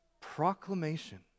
proclamation